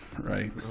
right